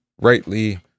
rightly